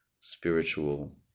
spiritual